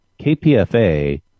KPFA